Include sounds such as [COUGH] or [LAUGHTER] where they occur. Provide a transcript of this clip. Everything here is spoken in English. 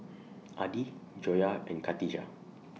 Adi Joyah and Katijah [NOISE]